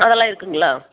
அதெல்லாம் இருக்குதுங்களா